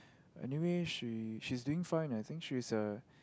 anyway she she's doing fine I think she's a